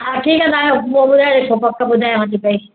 हा ठीकु आहे साहिब पोइ ॿुधाइजोसि पोइ पक ॿुधायांव थी पई